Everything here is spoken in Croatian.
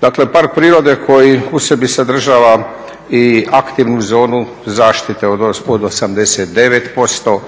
Dakle, park prirode koji u sebi sadržava i aktivnu zonu zaštite od 89%,